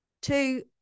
two